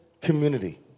community